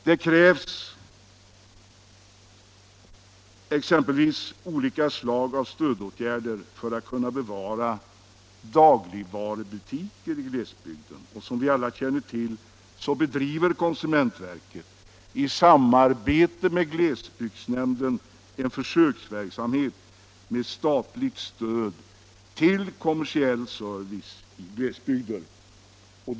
Det krävs exempelvis olika slag av 19 november 1975 stödåtgärder för att kunna bevara dagligvarubutiker i glesbygden. Som alla känner till, bedriver konsumentverket i samarbete med glesbygds — Lag om tillfällig nämnden en försöksverksamhet med statligt stöd till kommersiell service — handel i glesbygden.